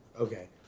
Okay